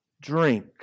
drink